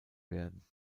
werden